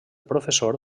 professor